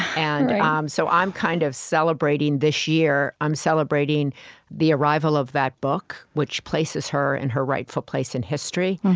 and um so i'm kind of celebrating, this year, i'm celebrating the arrival of that book, which places her in her rightful place in history.